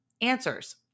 answers